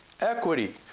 equity